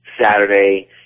Saturday